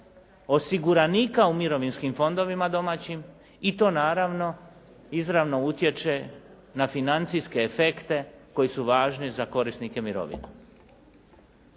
osiguranika u mirovinskim fondovima domaćim i to naravno izravno utječe na financijske efekte koji su važni za korisnike mirovina.